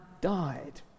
died